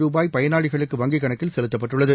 ருபாய் பயனாளிகளுக்கு வங்கிக் கணக்கில் செலுத்தப்பட்டுள்ளது